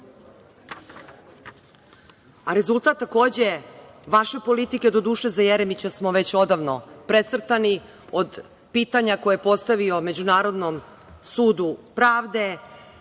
a rezultat takođe politike doduše, za Jeremića smo već odavno precrtani, od pitanja koje je postavio Međunarodnom sudu pravde